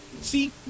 See